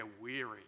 weary